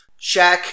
Shaq